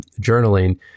journaling